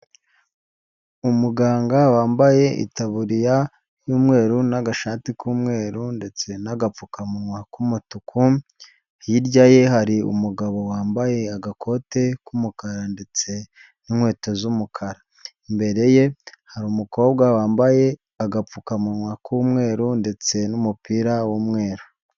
Umuganga wambaye itaburiya y'umweru n'agashati k'umweru ndetse n'agapfukamunwa k'umutuku, hirya ye hari umugabo wambaye agakote k'umukara ndetse n'inkweto z'umukara. Imbere ye hari umukobwa wambaye agapfukamunwa k'umweru ndetse n'umupira w'umweru.